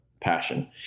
passion